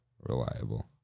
Reliable